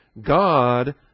God